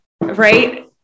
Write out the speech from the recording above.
right